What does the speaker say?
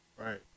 Right